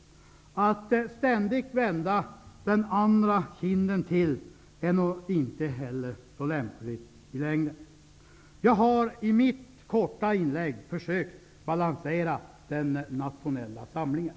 Att ständigt vända den andra kinden till är nog inte heller så lämpligt i längden. Jag har i mitt korta inlägg försökt att balansera den nationella samlingen.